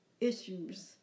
issues